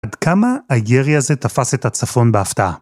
עד כמה הירי הזה תפס את הצפון בהפתעה?